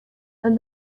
and